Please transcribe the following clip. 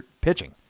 pitching